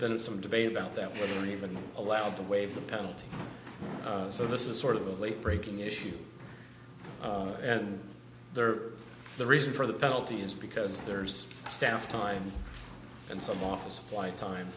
been some debate about that when even allowed to waive the penalty so this is sort of a late breaking issue and they're the reason for the penalty is because there's staff time and some office supply time